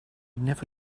never